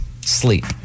sleep